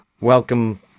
welcome